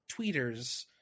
tweeters